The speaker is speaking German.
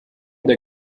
der